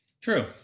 True